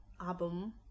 album